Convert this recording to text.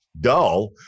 dull